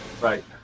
Right